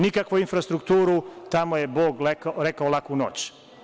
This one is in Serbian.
Nikakvu infrastrukturu, tamo je Bog rekao laku noć.